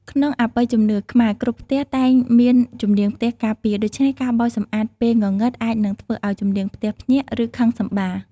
ក្នុងអបិយជំនឿខ្មែរ គ្រប់ផ្ទះតែងមានជំនាងផ្ទះការពារ ដូច្នេះការបោសសម្អាតពេលងងឹតអាចនឹងធ្វើឱ្យជំនាងផ្ទះភ្ញាក់ ឬខឹងសម្បារ។